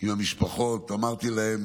עם המשפחות, אמרתי להן: